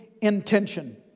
intention